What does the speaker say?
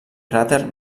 cràter